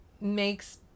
makes